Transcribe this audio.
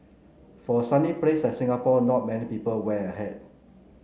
for a sunny place like Singapore not many people wear a hat